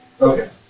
Okay